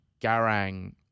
Garang